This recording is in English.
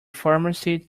pharmacy